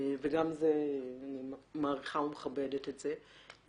ואני מעריכה ומכבדת את זה.